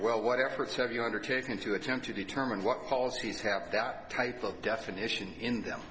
well what efforts have you undertaken to attempt to determine what policies have that type of definition in them